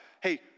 hey